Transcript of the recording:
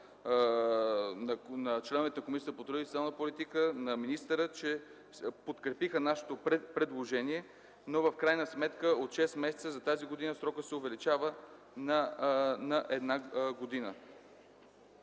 на членовете на Комисията по труда и социалната политика, на министъра, че подкрепиха нашето предложение, но в крайна сметка от шест месеца за тази година, срокът се увеличава на една година.